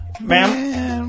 ma'am